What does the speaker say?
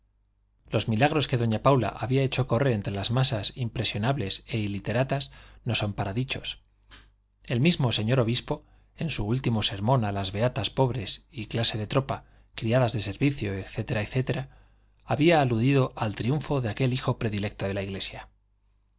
los milagros que doña paula había hecho correr entre las masas impresionables e iliteratas no son para dichos el mismo señor obispo en su último sermón a las beatas pobres y clase de tropa criadas de servicio etc etc había aludido al triunfo de aquel hijo predilecto de la iglesia no